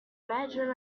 imagine